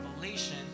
revelation